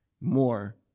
more